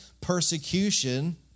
persecution